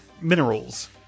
minerals